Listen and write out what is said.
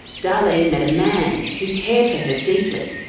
darlene met a man who cared for her deeply.